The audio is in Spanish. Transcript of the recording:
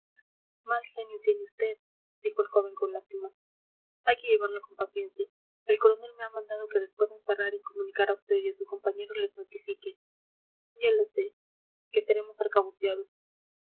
mal genio tiene vd dijo el joven con lástima hay que llevarlo con paciencia el coronel me ha mandado que después de encerrar e incomunicar a vd y a su compañero les notifique ya lo sé que seremos